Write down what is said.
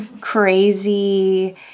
crazy